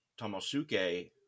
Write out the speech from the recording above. Tomosuke